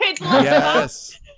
yes